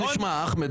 הוא אמר לי משהו קצת